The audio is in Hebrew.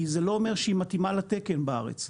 ז הלא אומר שהיא מתאימה לתקן בארץ.